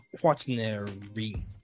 quaternary